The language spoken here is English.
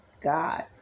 God